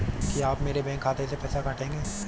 क्या आप मेरे बैंक खाते से पैसे काटेंगे?